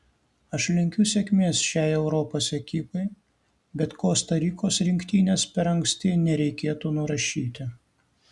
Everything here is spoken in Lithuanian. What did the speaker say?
aš linkiu sėkmės šiai europos ekipai bet kosta rikos rinktinės per anksti nereikėtų nurašyti